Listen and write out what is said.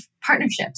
partnerships